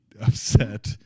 upset